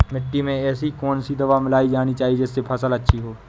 मिट्टी में ऐसी कौन सी दवा मिलाई जानी चाहिए जिससे फसल अच्छी हो?